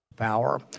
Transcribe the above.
power